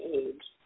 age